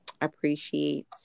appreciate